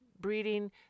breeding